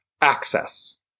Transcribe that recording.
access